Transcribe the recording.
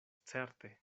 certe